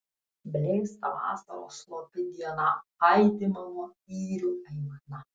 blėsta vasaros slopi diena aidi mano yrių aimana